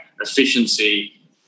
Efficiency